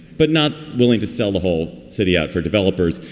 but not willing to sell the whole city out for developers.